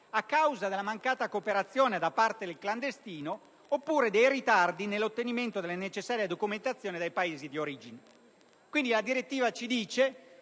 a causa della mancata cooperazione da parte del clandestino oppure dei ritardi nell'ottenimento della necessaria documentazione dai Paesi di origine». Quindi, la direttiva ci dice